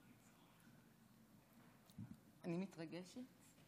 אני מתרגשת.